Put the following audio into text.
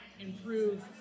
improve